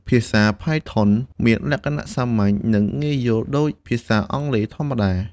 ភាសា Python មានលក្ខណៈសាមញ្ញ និងងាយយល់ដូចភាសាអង់គ្លេសធម្មតា។